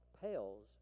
pales